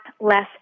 less